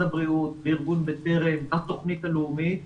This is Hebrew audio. הבריאות וארגון "בטרם" בתוכנית הלאומית,